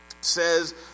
says